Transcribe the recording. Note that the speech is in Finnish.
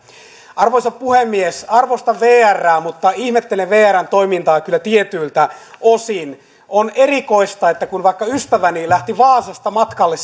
arvoisa puhemies arvostan vrää mutta ihmettelen vrn toimintaa kyllä tietyiltä osin on erikoista että kun vaikka ystäväni lähti vaasasta matkalle